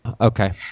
Okay